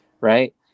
right